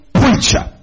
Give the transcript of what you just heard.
preacher